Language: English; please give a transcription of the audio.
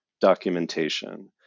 documentation